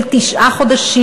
של תשעה חודשים,